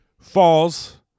falls